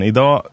Idag